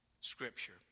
scripture